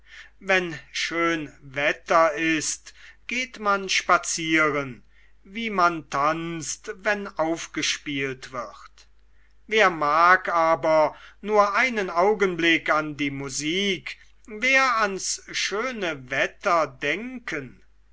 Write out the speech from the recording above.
wenn schön wetter ist geht man spazieren wie man tanzt wenn aufgespielt wird wer mag aber nur einen augenblick an die musik wer an schönes wetter denken